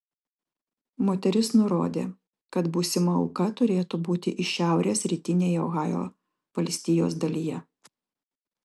moteris nurodė kad būsima auka turėtų būti iš šiaurės rytinėje ohajo valstijos dalyje